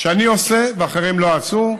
שאני עושה ואחרים לא עשו.